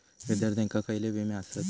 विद्यार्थ्यांका खयले विमे आसत?